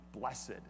Blessed